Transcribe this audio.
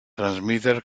transmitter